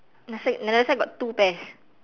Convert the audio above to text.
another side another side got two pairs